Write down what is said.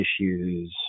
issues